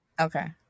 Okay